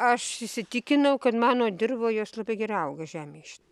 aš įsitikinau kad mano dirvoj jos labai gerai auga žemėj š